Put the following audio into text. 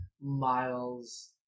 miles